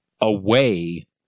away